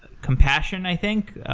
compassion, i think.